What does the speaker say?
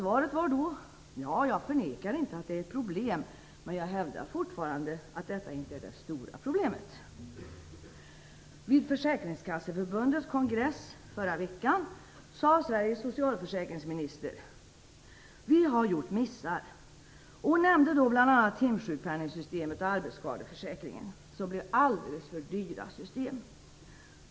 Svaret var då: "Jag förnekar inte - att det är ett problem. Men jag hävdar fortfarande att detta inte är det stora problemet. "Vid Försäkringskasseförbundets kongress förra veckan sade Sveriges socialförsäkringsminister: "Vi har gjort missar" och nämnde då bl.a. timsjukpenningssystemet och arbetsskadeförsäkringen som blev alldeles för dyra.